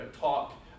talk